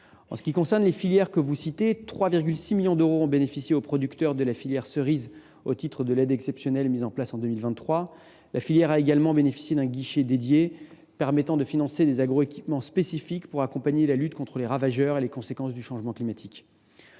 En ce qui concerne les filières que vous citez, 3,6 millions d’euros ont bénéficié aux producteurs de cerises au titre de l’aide exceptionnelle mise en place en 2023. La filière a également bénéficié d’un guichet dédié permettant de financer des agroéquipements spécifiques pour accompagner la lutte contre les ravageurs et les conséquences du changement climatique.